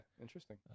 interesting